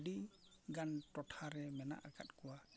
ᱟᱹᱰᱤ ᱜᱟᱱ ᱴᱚᱴᱷᱟ ᱨᱮ ᱢᱮᱱᱟᱜ ᱟᱠᱟᱫ ᱠᱚᱣᱟ